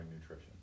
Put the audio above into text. nutrition